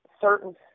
certain